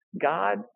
God